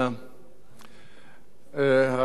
הצעת החוק מיותרת.